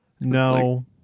no